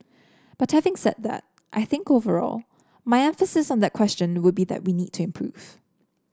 but having said that I think overall my emphasis on that question would be that we need to improve